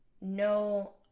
No